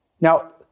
Now